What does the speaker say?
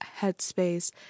Headspace